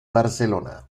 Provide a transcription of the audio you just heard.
barcelona